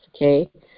Okay